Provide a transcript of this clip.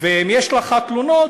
ואם יש לך תלונות,